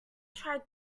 tried